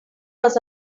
was